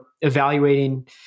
evaluating